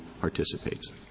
participates